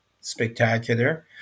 spectacular